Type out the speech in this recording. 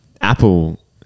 apple